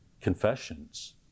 confessions